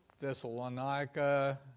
Thessalonica